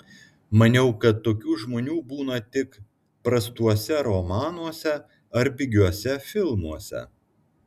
maniau kad tokių žmonių būna tik prastuose romanuose ar pigiuose filmuose